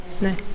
No